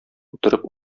утырып